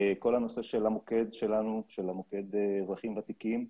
כל הנושא של המוקד לאזרחים ותיקים,